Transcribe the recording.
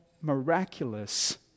miraculous